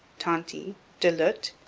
tonty, du lhut,